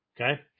Okay